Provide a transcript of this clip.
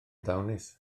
ddawnus